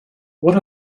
what